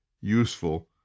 useful